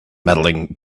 medaling